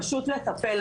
פשוט לטפל.